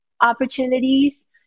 opportunities